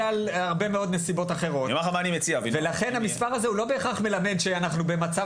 לכן המספר הזה הוא לא בהכרח מלמד שאנחנו במצב קטסטרופלי שיש המון זה.